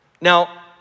Now